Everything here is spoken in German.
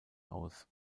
aus